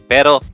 Pero